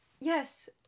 Yes